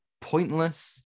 pointless